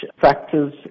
factors